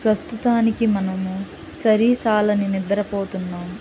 ప్రస్తుతానికి మనము సరశాలని నిద్రపోతున్నాం